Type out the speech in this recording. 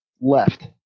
left